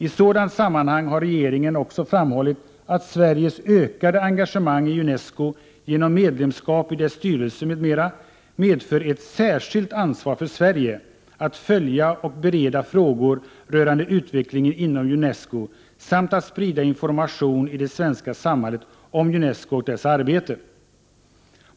I sådant sammanhang har regeringen också framhållit att Sveriges ökade engagemang i Unesco, genom medlemskap i dess styrelse m.m., medför ett särskilt ansvar för Sverige att följa och bereda frågor rörande utvecklingen inom Unesco samt att sprida information i det svenska samhället om Unesco och dess arbete.